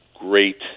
great